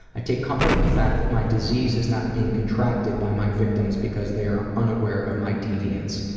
i take comfort in the fact that my disease is not being contracted by my victims because they are unaware of my deviance.